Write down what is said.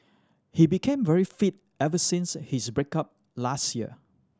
he became very fit ever since his break up last year